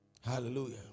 Hallelujah